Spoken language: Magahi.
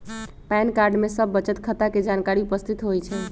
पैन कार्ड में सभ बचत खता के जानकारी उपस्थित होइ छइ